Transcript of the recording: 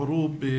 ערוב,